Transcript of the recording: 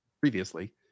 previously